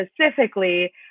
specifically